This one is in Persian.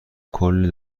کلی